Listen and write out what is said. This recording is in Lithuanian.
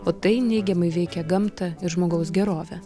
o tai neigiamai veikia gamtą ir žmogaus gerovę